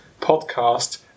podcast